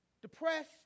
Depressed